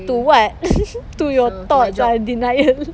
to what to your thoughts ah denial